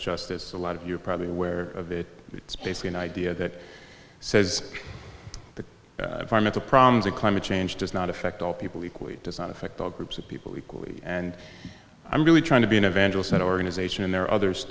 justice a lot of you're probably aware of it it's basically an idea that says the mental problems of climate change does not affect all people equally does not affect all groups of people equally and i'm really trying to be an evangelist and organization and there are others